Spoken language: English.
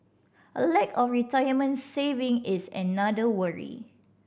a lack of retirement saving is another worry